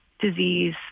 Disease